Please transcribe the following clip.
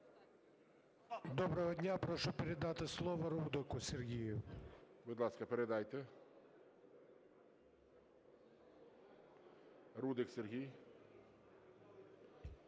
Доброго дня! Прошу передати слово Рудику Сергію. ГОЛОВУЮЧИЙ. Будь ласка, передайте. Рудик Сергій.